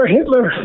Hitler